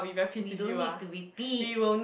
we don't need to repeat